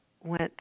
went